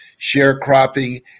sharecropping